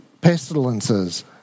pestilences